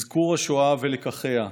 אזכור השואה ולקחיה,